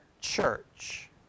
church